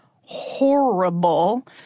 horrible